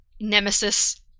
nemesis